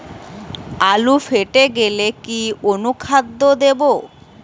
আলু ফেটে গেলে কি অনুখাদ্য দেবো?